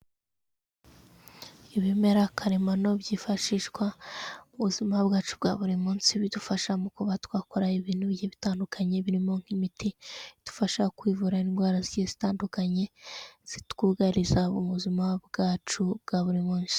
Ibimera karemano byifashishwa mu buzima bwacu bwa buri munsi, bidufasha mu kuba twakora ibintu bigiye bitandukanye, birimo nk'imiti idufasha kwivura indwara zigiye zitandukanye, zitwugariza mu buzima bwacu bwa buri munsi.